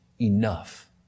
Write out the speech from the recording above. enough